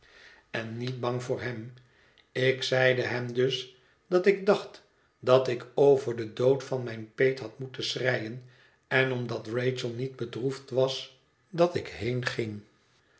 en niet bang voor hem ik zeide hem dus dat ik dacht dat ik over den dood van mijne peet had moeten schreien en omdat rachel niet bedroefd was dat ik